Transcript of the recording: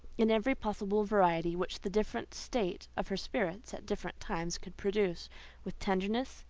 in every possible variety which the different state of her spirits at different times could produce with tenderness,